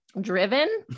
driven